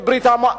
מברית-המועצות?